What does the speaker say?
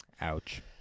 Ouch